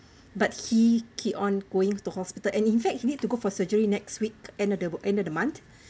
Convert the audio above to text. but he keep on going to hospital and in fact he need to go for surgery next week end of the end of the month